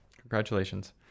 Congratulations